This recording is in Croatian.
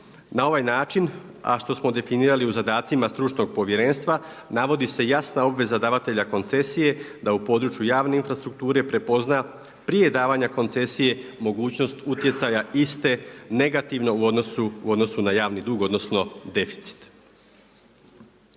Na ovaj način, a što smo definirali u zadacima stručnog povjerenstva, navodi se jasna obveza davanja koncesije da u području javne infrastrukture prepozna prije davanja koncesije mogućnost utjecaja iste negativno u odnosu na javni dug odnosno deficit.